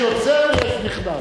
יש יוצא ויש נכנס.